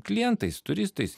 klientais turistais